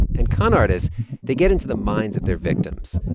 and con artists they get into the minds of their victims.